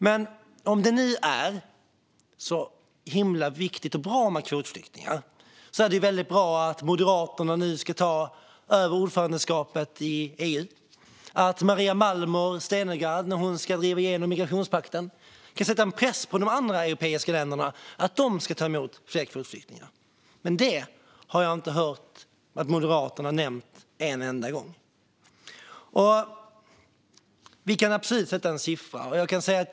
Men om det nu är så himla viktigt och bra med kvotflyktingar är det bra att Moderaterna nu ska ta över ordförandeskapet i EU och att Maria Malmer Stenergard, när hon ska driva igenom migrationspakten, kan sätta press på de andra europeiska länderna att ta emot fler kvotflyktingar. Men detta har jag inte hört Moderaterna nämna en enda gång. Vi kan absolut sätta en siffra.